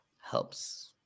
helps